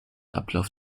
ablauf